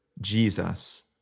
Jesus